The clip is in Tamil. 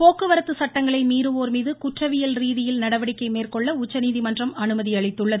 போக்குவரத்து சட்டங்களை மீறுவோர்மீது குற்றவியல் ரீதியில் நடவடிக்கை மேற்கொள்ள உச்சநீதிமன்றம் அனுமதி அளித்துள்ளது